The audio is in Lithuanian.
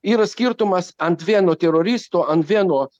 yra skirtumas ant vieno teroristo ant vieno